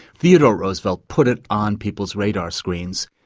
theodore roosevelt put it on people's radar screens.